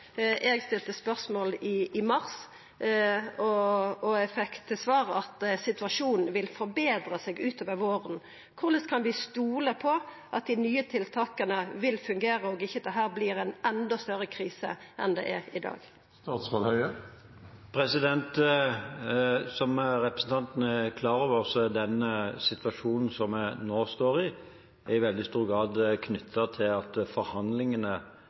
Eg stilte spørsmål i mars, og eg fekk til svar at situasjonen vil forbetra seg utover våren. Korleis kan vi stola på at dei nye tiltaka vil fungera, og at dette ikkje vert ein enda større krise enn det er i dag? Som representanten er klar over, er den situasjonen som vi nå står i, i veldig stor grad knyttet til at